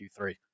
Q3